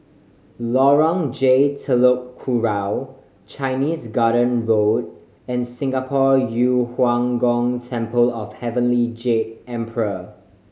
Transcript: Lorong J Telok Kurau Chinese Garden Road and Singapore Yu Huang Gong Temple of Heavenly Jade Emperor